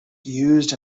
used